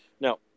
Now